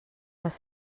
les